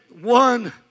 one